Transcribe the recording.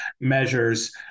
measures